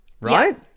Right